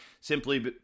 simply